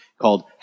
called